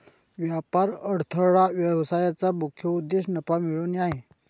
व्यापार अडथळा व्यवसायाचा मुख्य उद्देश नफा मिळवणे आहे